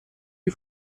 die